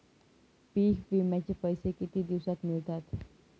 पीक विम्याचे पैसे किती दिवसात मिळतात?